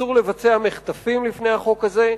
אסור לבצע מחטפים לפני החוק הזה,